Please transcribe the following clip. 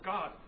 God